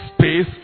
space